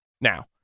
Now